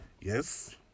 yes